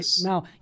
Now